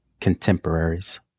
contemporaries